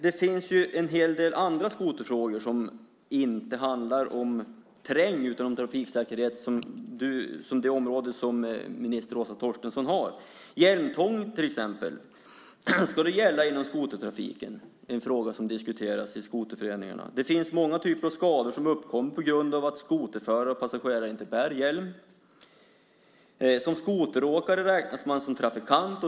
Det finns en hel del andra skoterfrågor som inte handlar om terräng utan om det område som Åsa Torstensson ansvarar för. Till exempel är en fråga som diskuteras i skoterföreningarna om hjälmtvång ska gälla inom skotertrafiken. Det är många typer av skador som uppkommer på grund av att skoterförare och passagerare inte bär hjälm. Som skoteråkare räknas man som trafikant.